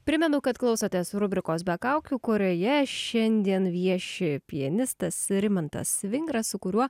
primenu kad klausotės rubrikos be kaukių kurioje šiandien vieši pianistas rimantas vingras su kuriuo